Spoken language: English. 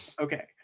Okay